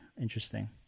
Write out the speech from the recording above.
interesting